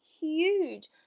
huge